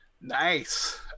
Nice